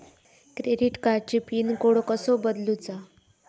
Credit कार्डची pin code कसो बदलुचा?